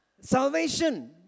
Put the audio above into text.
salvation